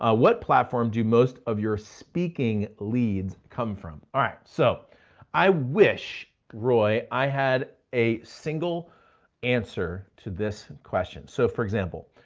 ah what platform do most of your speaking leads come from? alright, so i wish, roy, i had a single answer to this question. so, for example,